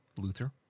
Luther